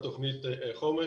אמר דורון ותיאר יפה את מצב העמק.